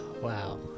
Wow